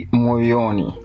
moyoni